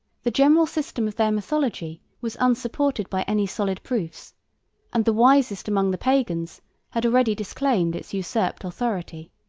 the general system of their mythology was unsupported by any solid proofs and the wisest among the pagans had already disclaimed its usurped authority.